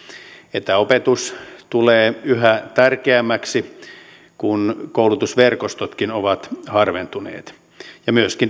etäopetus tulee yhä tärkeämmäksi kun koulutusverkostotkin ovat harventuneet myöskin